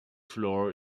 floor